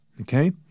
okay